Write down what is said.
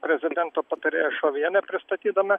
prezidento patarėja šovienė pristatydama